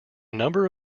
number